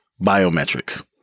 Biometrics